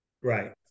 Right